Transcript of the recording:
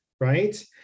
right